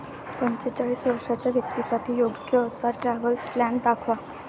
पंचेचाळीस वर्षांच्या व्यक्तींसाठी योग्य असा ट्रॅव्हल प्लॅन दाखवा